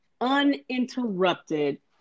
Uninterrupted